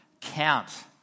Count